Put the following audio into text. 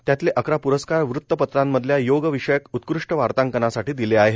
त्यातले अकरा प्रस्कार वृत्तपत्रांमधल्या योग विषयक उत्कृष्ट वार्तांकनासाठी दिले आहेत